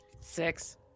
Six